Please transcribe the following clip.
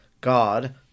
God